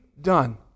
done